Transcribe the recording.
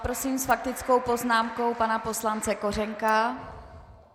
Prosím s faktickou poznámkou pana poslance Kořenka.